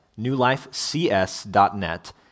newlifecs.net